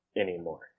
anymore